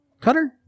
cutter